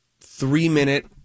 three-minute